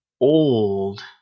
old